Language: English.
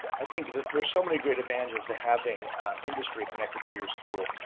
i think there's so many great advantages to having industry connected to your school.